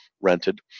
rented